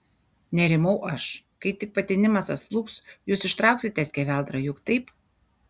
nerimau aš kai tik patinimas atslūgs jūs ištrauksite skeveldrą juk taip